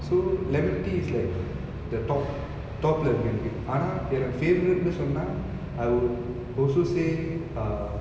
so lemon tea is like the top top lemon tea ஆனா என்ட:aana enta favourite னு சொன்னா:nu sonna I would also say uh